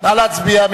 נא להצביע.